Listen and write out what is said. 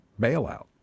bailout